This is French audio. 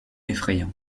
effrayant